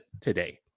today